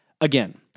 Again